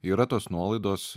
yra tos nuolaidos